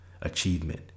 achievement